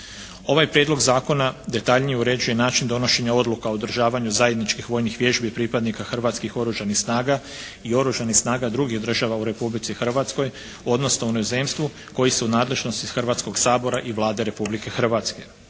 Ovaj prijedlog zakona detaljnije uređuje način donošenja odluka o održavanju zajedničkih vojnih vježbi pripadnika Hrvatskih oružanih snaga i Oružanih snaga drugih država u Republici Hrvatskoj, odnosno u inozemstvu koji su u nadležnosti Hrvatskog sabora i Vlade Republike Hrvatske.